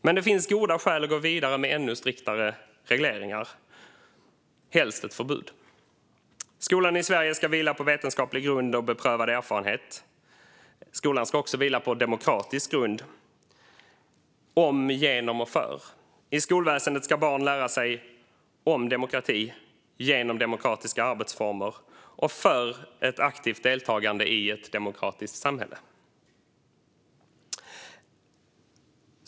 Men det finns goda skäl att gå vidare med ännu striktare regleringar, helst ett förbud. Skolan i Sverige ska vila på vetenskaplig grund och beprövad erfarenhet. Skolan ska också vila på demokratisk grund - om, genom och för. I skolväsendet ska barn lära sig om demokrati genom demokratiska arbetsformer för ett aktivt deltagande i ett demokratiskt samhälle.